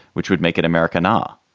which would make it american um